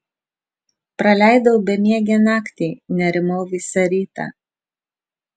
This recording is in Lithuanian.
praleidau bemiegę naktį nerimau visą rytą